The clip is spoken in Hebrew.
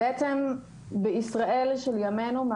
בישראל של ימנו,